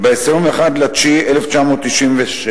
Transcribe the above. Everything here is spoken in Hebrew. ב-21 בספטמבר 1997,